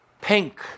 pink